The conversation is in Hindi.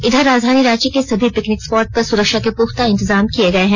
इधर राजधानी रांची के सभी पिकनिक स्पॉट पर सुरक्षा के पुख्ता इंतजाम किए गए हैं